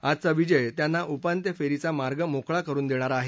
आजचा विजय त्यांना उपांत्य फेरीचा मार्ग मोकळा करुन देणारा आहे